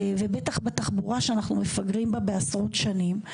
ובטח בתחבורה שאנחנו מפגרים בה בעשרות שנים,